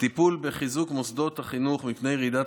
הטיפול בחיזוק מוסדות החינוך מפני רעידת